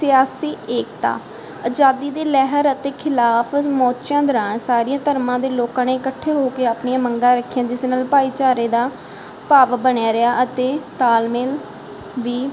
ਸਿਆਸੀ ਏਕਤਾ ਆਜ਼ਾਦੀ ਦੇ ਲਹਿਰ ਅਤੇ ਖਿਲਾਫ਼ ਮੋਚਿਆਂ ਦੌਰਾਨ ਸਾਰਿਆਂ ਧਰਮਾਂ ਦੇ ਲੋਕਾਂ ਨੇ ਇਕੱਠੇ ਹੋ ਕੇ ਆਪਣੀਆਂ ਮੰਗਾਂ ਰੱਖੀਆਂ ਜਿਸ ਨਾਲ ਭਾਈਚਾਰੇ ਦਾ ਭਾਵ ਬਣਿਆ ਰਿਹਾ ਅਤੇ ਤਾਲਮੇਲ ਵੀ